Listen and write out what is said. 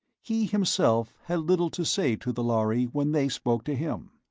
he himself had little to say to the lhari when they spoke to him.